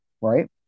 Right